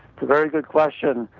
very good question.